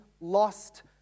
lost